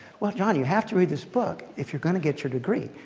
well, john, you have to read this book if you're going to get your degree.